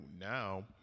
now